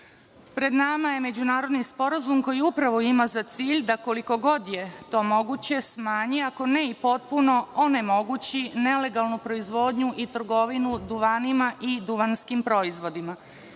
nama je međunarodni sporazum koji upravo ima za cilj da to koliko god je to moguće smanji, ako ne i potpuno onemogući nelegalnu proizvodnju i trgovinu duvanima i duvanskim proizvodima. Činjenica